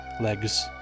legs